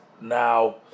now